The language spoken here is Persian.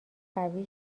قوی